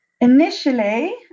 initially